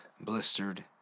blistered